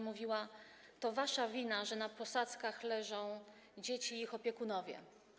Mówiła pani: to wasza wina, że na posadzkach leżą dzieci i ich opiekunowie.